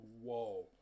whoa